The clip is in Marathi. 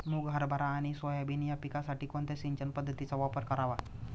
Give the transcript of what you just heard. मुग, हरभरा आणि सोयाबीन या पिकासाठी कोणत्या सिंचन पद्धतीचा वापर करावा?